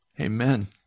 Amen